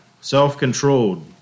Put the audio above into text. self-controlled